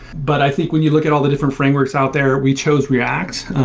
but i think when you look at all the different frameworks out there, we chose react.